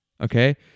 Okay